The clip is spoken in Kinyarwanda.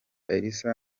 elsa